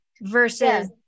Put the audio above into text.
versus